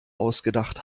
ausgedacht